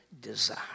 desire